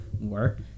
work